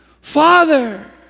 Father